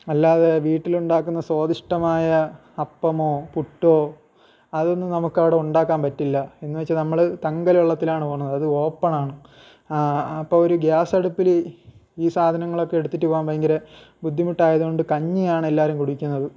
അല്ലാതെ വീട്ടിലുണ്ടാക്കുന്ന സ്വാദിഷ്ടമായ അപ്പമോ പുട്ടോ അതൊന്നും നമുക്കവിടെ ഉണ്ടാക്കാൻ പറ്റില്ല എന്നു വച്ചാൽ നമ്മൾ തങ്കൽ വള്ളത്തിലാണ് പോണത് അത് ഓപ്പണാണ് അപ്പം ഒരു ഗ്യാസടുപ്പിൽ ഈ സാധനങ്ങളൊക്കെ എടുത്തിട്ട് പോവാൻ ഭയങ്കര ബുദ്ധിമുട്ടായതുകൊണ്ട് കഞ്ഞിയാണെല്ലാവരും കുടിക്കുന്നത്